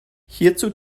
hierzu